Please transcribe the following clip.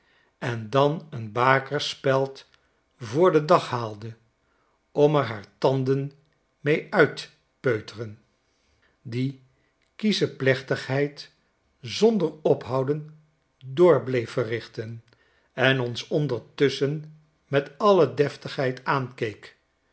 en dan een bakerspeld voor den dag haalde om er haar tanden mee uit peuteren die kiesche plechtigheid zonder ophouden door bleef verrichten en ons ondertusschen met alle deftigheid aankeek